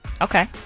Okay